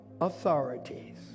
authorities